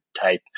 type